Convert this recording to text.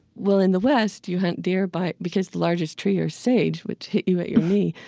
well, in the west you hunt deer by because the largest trees are sage, which hit you at your knee.